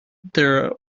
there